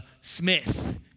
Smith